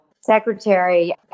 secretary